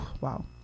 wow